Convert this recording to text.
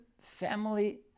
family